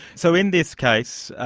so in this case,